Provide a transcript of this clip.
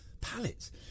Pallets